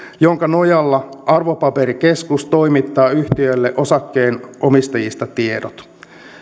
jonka nojalla arvopaperikeskus toimittaa yhtiölle osakkeenomistajista tiedot